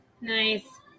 Nice